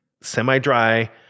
semi-dry